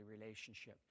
relationship